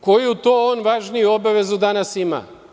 Koju to on važniju obavezu danas ima?